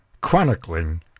chronicling